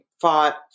fought